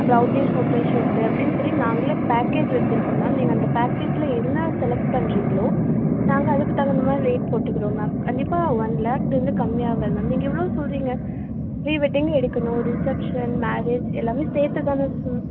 அப்புறோம் outing photo shoot அப்படின்னு சொல்லி நாங்களே பேக்கேஜ் வச்சிருக்கோம் மேம் நீங்கள் அந்த பேக்கேஜில் என்ன செலக்ட் பண்ணுறிங்களோ நாங்கள் அதுக்கு தகுந்தமாதிரி ரேட் போட்டுக்கிறோம் மேம் கண்டிப்பாக ஒன் லேக்லேருந்து கம்மியாகாது மேம் நீங்கள் எவ்வளோ சொல்லுறீங்க ப்ரீ வெட்டிங்கும் எடுக்கணும் ரிசெப்ஷன் மேரேஜ் எல்லாமே சேர்த்துதானே சொல்